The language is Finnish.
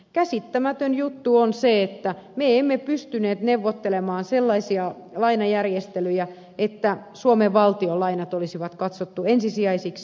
käsittämätön juttu on se että me emme pystyneet neuvottelemaan sellaisia lainajärjestelyjä että suomen valtion lainat olisi katsottu ensisijaisiksi